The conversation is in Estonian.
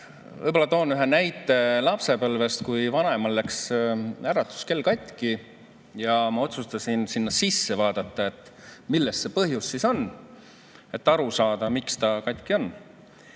toon ühe näite lapsepõlvest, kui vanaemal läks äratuskell katki ja ma otsustasin sinna sisse vaadata, et milles see põhjus on, ja aru saada, miks ta katki on.